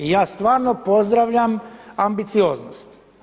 Ja stvarno pozdravljam ambicioznost.